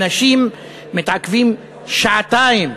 אנשים מתעכבים שעתיים,